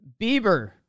Bieber